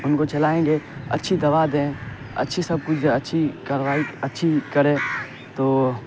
ان کو چلائیں گے اچھی دوا دیں اچھی سب کچھ اچھی کاروائی اچھی کریں تو